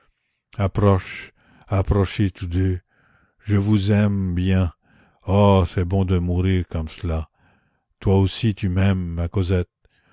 approche approchez tous deux je vous aime bien oh c'est bon de mourir comme cela toi aussi tu m'aimes ma cosette